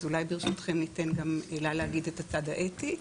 אז אולי ברשותכם ניתן גם לה להגיד את הצד האתי.